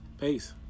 Peace